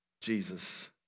Jesus